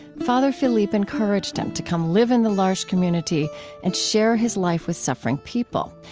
father philippe encouraged him to come live in the l'arche community and share his life with suffering people.